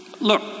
look